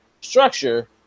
structure